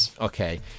Okay